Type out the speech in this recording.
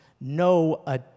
No